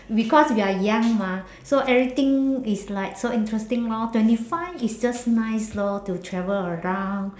because we are young mah so everything is like so interesting lor twenty five is just nice lor to travel around